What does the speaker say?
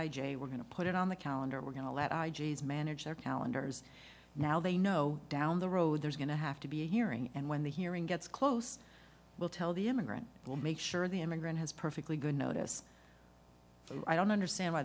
a we're going to put it on the calendar we're going to let i g s manage their calendars now they know down the road there's going to have to be a hearing and when the hearing gets close we'll tell the immigrant we'll make sure the immigrant has perfectly good notice but i don't understand why